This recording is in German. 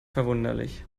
verwunderlich